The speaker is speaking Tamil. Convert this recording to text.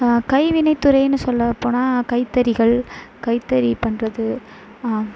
கைவினைத்துறையின்னு சொல்லப் போனா கைத்தறிகள் கைத்தறி பண்ணுறது